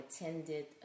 attended